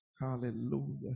Hallelujah